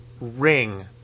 ring